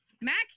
Mac